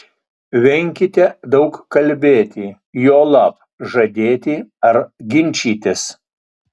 venkite daug kalbėti juolab žadėti ar ginčytis